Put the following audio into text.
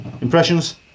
impressions